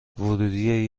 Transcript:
ورودی